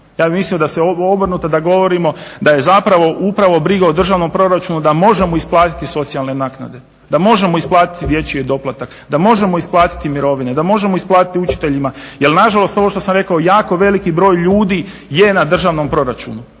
Ja … mislio da obrnuto, da govorimo da je zapravo upravo briga o državnom proračunu da možemo isplatiti socijalne naknade, da možemo isplatiti dječji doplatak, da možemo isplatiti mirovine, da možemo isplatiti učiteljima jer nažalost ovo što sam rekao, jako veliki broj ljudi je na državnom proračunu